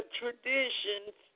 traditions